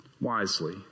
wisely